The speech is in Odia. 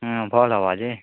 ହଁ ଭଲ ହବା ଯେ